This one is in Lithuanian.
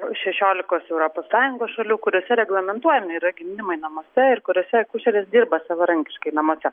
šešiolikos europos sąjungos šalių kuriose reglamentuojami yra gimdymai namuose ir kuriuose akušerės dirba savarankiškai namuose